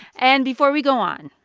and before we go on,